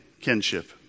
kinship